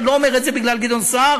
ואני לא אומר את זה בגלל גדעון סער,